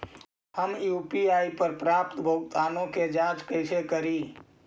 हम यु.पी.आई पर प्राप्त भुगतानों के जांच कैसे करी?